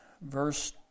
Verse